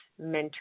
mentor